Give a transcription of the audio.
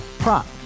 Prop